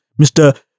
Mr